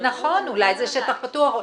אולי זה שטח פתוח.